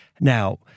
Now